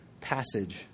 passage